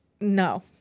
no